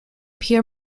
pere